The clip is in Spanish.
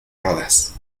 rodas